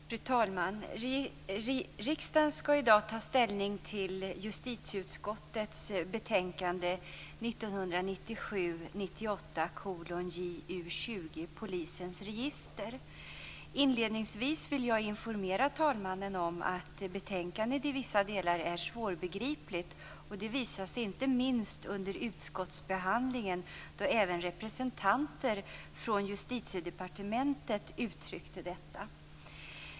Fru talman! Riksdagen skall i dag ta ställning till justitieutskottets betänkande 1997/98:JuU20 Polisens register. Inledningsvis vill jag informera talmannen om att betänkandet i vissa delar är svårbegripligt. Det visade sig inte minst under utskottsbehandlingen, då även representanter från Justitiedepartementet uttryckte detta.